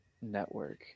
network